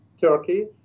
Turkey